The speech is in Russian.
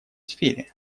сфере